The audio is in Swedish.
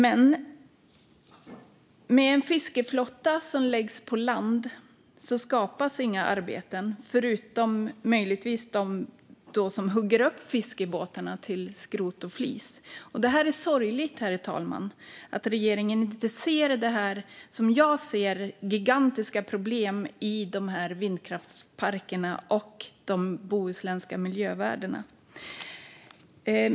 Men med en fiskeflotta som läggs på land skapas inga arbeten, förutom möjligtvis de arbeten som behövs för att hugga upp fiskebåtarna till skrot och flis. Det är sorgligt, herr talman, att regeringen inte ser det som jag ser, nämligen gigantiska problem i dessa vindkraftsparker och när det gäller de bohuslänska miljövärdena.